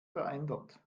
verändert